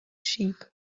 sheep